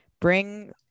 Bring